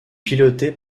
pilotée